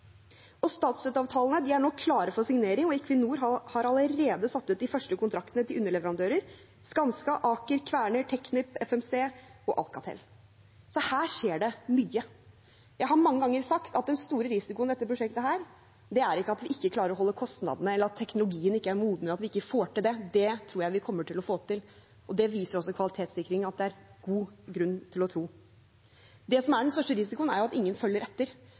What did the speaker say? Statsstøtteavtalene er nå klare for signering, og Equinor har allerede satt ut de første kontraktene til underleverandører: Skanska, Aker, Kværner, TechnipFMC og Alcatel. Så her skjer det mye. Jeg har mange ganger sagt at den store risikoen i dette prosjektet ikke er at vi ikke klarer å holde kostnadene, eller at teknologien ikke er moden, at vi ikke får det til. Det tror jeg vi kommer til å gjøre. Det viser også kvalitetssikringen at det er god grunn til å tro. Det som er den største risikoen, er jo at ingen følger etter,